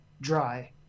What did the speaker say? dry